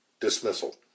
dismissal